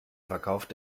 verkauft